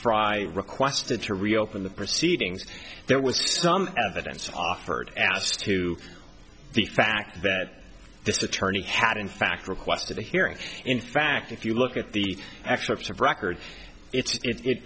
fry requested to reopen the proceedings there was some evidence offered asked to the fact that this attorney had in fact requested a hearing in fact if you look at the excerpts of record it